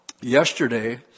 yesterday